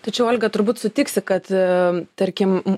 tačiau olga turbūt sutiksi kad tarkim